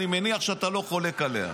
אני מניח שאתה לא חולק עליה.